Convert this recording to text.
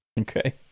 Okay